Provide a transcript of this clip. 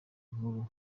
inkuru